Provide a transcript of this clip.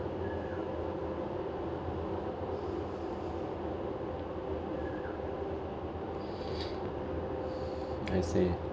I see